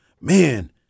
man